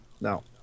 no